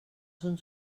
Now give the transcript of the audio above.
són